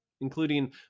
including